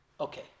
Okay